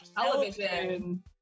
television